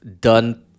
done